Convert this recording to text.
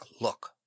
look